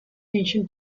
nation